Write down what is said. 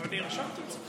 אני רשמתי את עצמי.